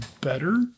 better